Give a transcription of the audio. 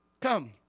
come